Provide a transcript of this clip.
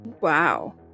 Wow